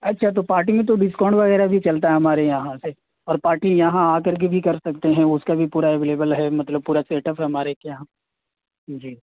اچھا تو پارٹی میں تو ڈسکاؤنٹ وغیرہ بھی چلتا ہے ہمارے یہاں سے اور پارٹی یہاں آ کر کے بھی کر سکتے ہیں اس کا بھی پورا اویلیبل ہے مطلب پورا سیٹ اپ ہے ہمارے کے یہاں جی